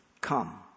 come